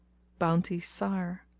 bounty's sire.